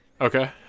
okay